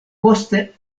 poste